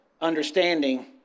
understanding